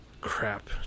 Crap